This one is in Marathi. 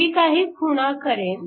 मी काही खुणा करेन